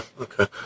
okay